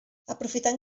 aprofitant